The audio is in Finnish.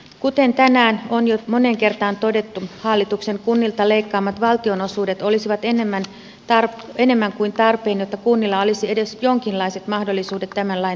kuten tänään on jo moneen kertaan todettu hallituksen kunnilta leikkaamat valtionosuudet olisivat enemmän kuin tarpeen jotta kunnilla olisi edes jonkinlaiset mahdollisuudet tämän lain toteuttamiseen